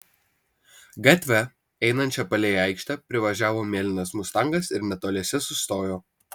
gatve einančia palei aikštę privažiavo mėlynas mustangas ir netoliese sustojo